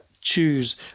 choose